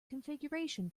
configuration